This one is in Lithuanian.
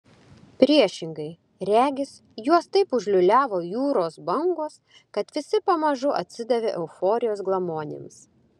priešingai regis juos taip užliūliavo jūros bangos kad visi pamažu atsidavė euforijos glamonėms